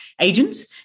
agents